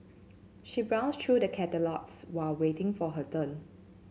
she browsed through the catalogues while waiting for her turn